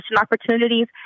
opportunities